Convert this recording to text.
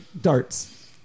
darts